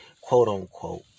quote-unquote